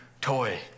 toy